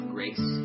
Grace